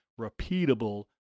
repeatable